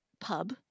pub